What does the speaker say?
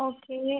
okay